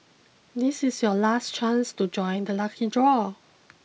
this is your last chance to join the lucky draw